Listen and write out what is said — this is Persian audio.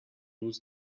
روز